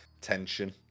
Tension